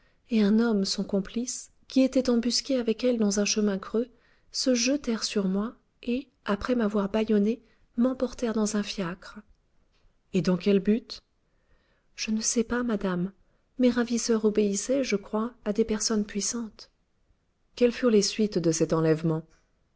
et un homme son complice qui était embusqué avec elle dans un chemin creux se jetèrent sur moi et après m'avoir bâillonnée m'emportèrent dans un fiacre et dans quel but je ne sais pas madame mes ravisseurs obéissaient je crois à des personnes puissantes quelles furent les suites de cet enlèvement